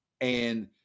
And-